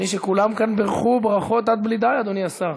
שכולם בירכו פה ברכות עד בלי די, אדוני השר.